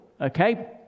okay